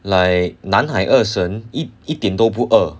like 南海饿神一点都不饿